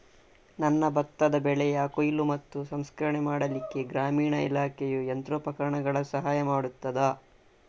ನನ್ನ ಭತ್ತದ ಬೆಳೆಯ ಕೊಯ್ಲು ಮತ್ತು ಸಂಸ್ಕರಣೆ ಮಾಡಲಿಕ್ಕೆ ಗ್ರಾಮೀಣ ಇಲಾಖೆಯು ಯಂತ್ರೋಪಕರಣಗಳ ಸಹಾಯ ಮಾಡುತ್ತದಾ?